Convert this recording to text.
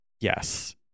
Yes